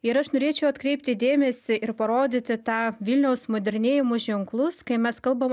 ir aš norėčiau atkreipti dėmesį ir parodyti tą vilniaus modernėjimo ženklus kai mes kalbam